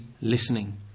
listening